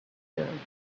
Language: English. understood